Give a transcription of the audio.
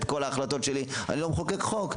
כל ההחלטות שלי אני לא מחוקק חוק.